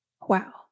Wow